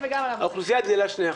האוכלוסייה גדלה 2%,